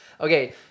Okay